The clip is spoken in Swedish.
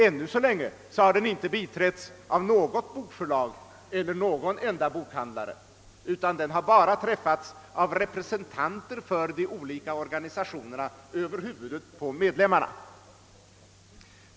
Ännu så länge har den inte biträtts av något bokförlag eller någon enda bokhandlare utan den har bara träffats mellan representanter för de olika organisationerna över huvudet på medlemmarna.